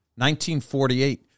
1948